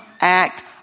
act